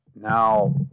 now